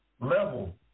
level